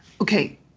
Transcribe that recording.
Okay